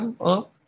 up